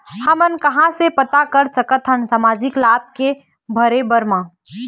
हमन कहां से पता कर सकथन सामाजिक लाभ के भरे बर मा?